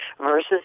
versus